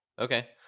Okay